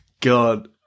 God